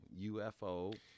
UFO